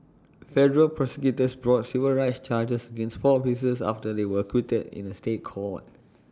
federal prosecutors brought civil rights charges against four officers after they were acquitted in A State Court